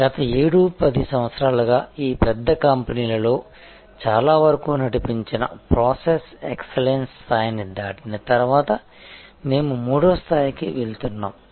గత 7 10 సంవత్సరాలుగా ఈ పెద్ద కంపెనీలలో చాలా వరకు నడిపించిన ప్రాసెస్ ఎక్స్లెన్స్ స్థాయిని దాటిన తర్వాత మేము మూడో స్థాయికి వెళ్తున్నాము